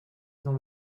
dans